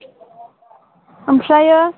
ओमफ्राय